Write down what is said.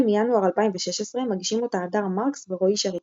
מינואר 2016 מגישים אותה הדר מרקס ורואי שריקי.